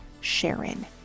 Sharon